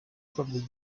from